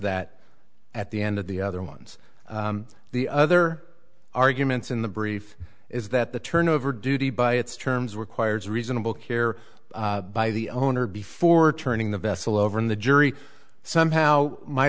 that at the end of the other ones the other arguments in the brief is that the turnover duty by its terms were choir's reasonable care by the owner before turning the vessel over in the jury somehow might